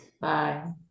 bye